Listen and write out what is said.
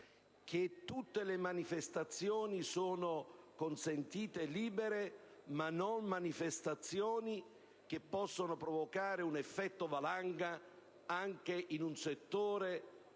tutte le manifestazioni sono consentite e libere, ma non quelle che possono provocare un effetto valanga anche in un settore